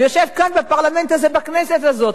ויושב כאן בפרלמנט הזה, בכנסת הזאת?